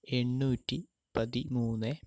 എണ്ണൂറ്റി പതിമൂന്ന്